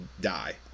die